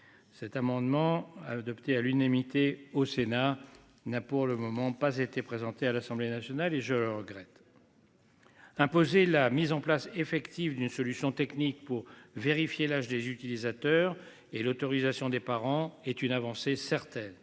Cet amendement adopté à l'unanimité au Sénat n'a pour le moment pas été présenté à l'Assemblée nationale et je le regrette. Imposer la mise en place effective d'une solution technique pour vérifier l'âge des utilisateurs et l'autorisation des parents est une avancée certaine.